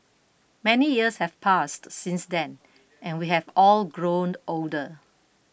many years have passed since then and we have all grown older